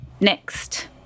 Next